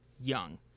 young